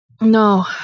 No